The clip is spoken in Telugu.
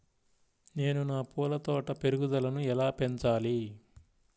నేను నా పూల తోట పెరుగుదలను ఎలా పెంచాలి?